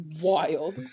Wild